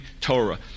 Torah